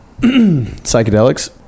Psychedelics